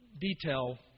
detail